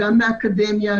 גם מהאקדמיה,